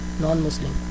non-Muslim